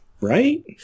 Right